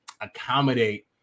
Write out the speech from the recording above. accommodate